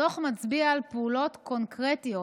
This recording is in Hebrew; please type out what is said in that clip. הדוח מצביע על פעולות קונקרטיות